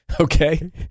okay